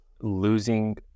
losing